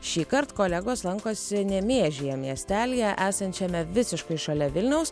šįkart kolegos lankosi nemėžyje miestelyje esančiame visiškai šalia vilniaus